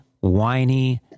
whiny